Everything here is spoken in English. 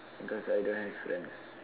because I don't have friend lah